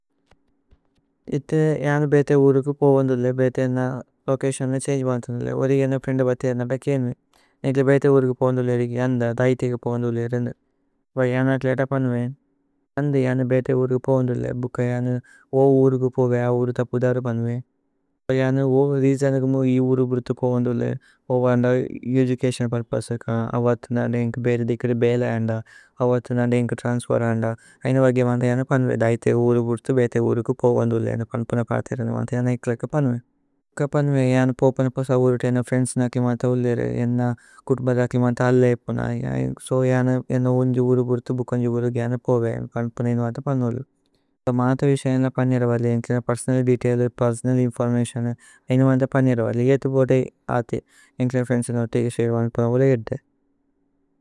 ഇഥേ ജനു ബേതേ ഉരുകു പോവന്ദുലേ ബേതേ ഏന്ന। ലോചതിഓന്നേ ഛന്ഗേ വാന്തുന്ദുലേ ഓരേഗ് ഏന്ന। ഫ്രിഏന്ദേ വാഥേ അര്ന ബേകേനു നേക്ലേ ബേതേ ഉരുകു। പോവന്ദുലേ ദേക്ക ജന്ദ ദൈതേ ഉരുകു പോവന്ദുലേ। സോ ജന ക്ലേത പനുവേന് ജന്ദ ജനു ബേതേ ഉരുകു। പോവന്ദുലേ ബുക്ക ജനു ഓ ഉരുകു പോവേ അ ഉരു ത। പുധരു പനുവേന് ജനു ഓ രീജനകുമു ഇ ഉരു। ബുരുഥു പോവന്ദുലേ ഓ വന്ദ, ഏദുചതിഓന് പുര്പോസേ। ക അ വഥു നന്ദ ഏന്ക ബേരി ദേക്കരു ബേല അന്ദ। അ വഥു നന്ദ ഏന്ക ത്രന്സ്ഫേര് അന്ദ ഐന ബഗ്യമന്ദ। ജനു പനുവേന് ദൈതേ ഉരു ബുരുഥു ബേതേ ഉരുകു। പോവന്ദുലേ ജനു പനുപുന പാഥേ അര്ന വാഥേ। ജനു ഏക്ല ക്ലേത പനുവേന് ഏക്ല പനുവേന് ജനു। പോവന്ദുപ സ ഉരുതേ ഏന്ന ഫ്രിഏന്ദ്സ്നേ അക്ലേ മാത। ഉല്ലേരു ഏന്ന കുതുബദ അക്ലേ മാത അല്ലേപുന സോ। ജനു ഏന്നു ഉന്ജു ഉരു ബുരുഥു ബുകന്ഛു ഉരുകേ ജനു। പോവേ ഏന്നു പനുപുന ഏനു വാഥേ പനുവേന് സോ। മാഥ വിശയന ല പന്ജര വാഥേ ഏന്ക്ല। പേര്സോനല് ദേതൈല് പേര്സോനല് ഇന്ഫോര്മതിഓന് ഐന। വാഥേ പന്ജര വാഥേ ഇഏതു ബോതേ ആതേ ഏന്ക്ല। ഫ്രിഏന്ദ്സ്നേ ഓതേ ശരേ വാഥേ പനമുല ഇഏതുതേ।